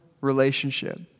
relationship